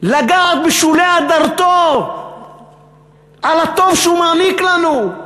לגעת בשולי אדרתו על הטוב שהוא מעניק לנו.